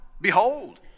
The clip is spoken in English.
behold